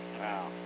Wow